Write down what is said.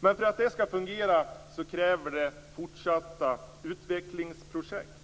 Men för att det skall fungera krävs fortsatta utvecklingsprojekt.